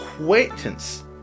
acquaintance